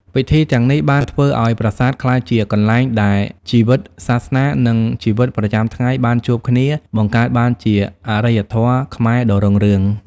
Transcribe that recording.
ពិធីទាំងនេះបានធ្វើឱ្យប្រាសាទក្លាយជាកន្លែងដែលជីវិតសាសនា និងជីវិតប្រចាំថ្ងៃបានជួបគ្នា បង្កើតបានជាអរិយធម៌ខ្មែរដ៏រុងរឿង។